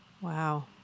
Wow